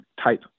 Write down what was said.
type